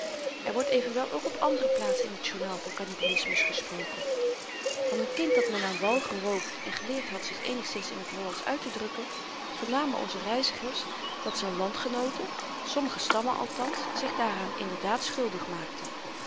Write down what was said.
er wordt evenwel ook op andere plaatsen in t journaal van kannibalismus gesproken van n kind dat men aan wal geroofd en geleerd had zich eenigszins in t hollandsch uittedrukken vernamen onze reizigers dat z'n landgenooten sommige stammen althans zich daaraan inderdaad schuldig maakten